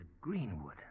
Greenwood